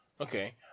Okay